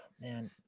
man